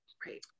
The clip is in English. Great